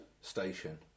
station